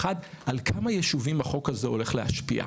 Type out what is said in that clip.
אחד, על כמה ישובים החוק הזה הולך להשפיע?